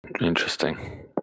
Interesting